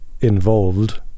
involved